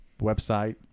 website